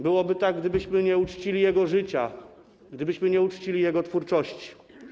Byłoby tak, gdybyśmy nie uczcili jego życia, gdybyśmy nie uczcili jego twórczości.